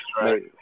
right